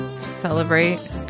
Celebrate